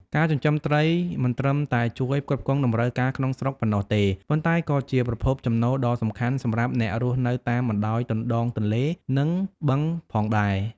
ការចិញ្ចឹមត្រីមិនត្រឹមតែជួយផ្គត់ផ្គង់តម្រូវការក្នុងស្រុកប៉ុណ្ណោះទេ ប៉ុន្តែក៏ជាប្រភពចំណូលដ៏សំខាន់សម្រាប់អ្នករស់នៅតាមបណ្ដោយដងទន្លេ និងបឹងផងដែរ។